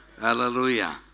Hallelujah